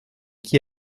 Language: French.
qui